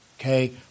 Okay